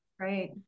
Right